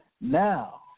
Now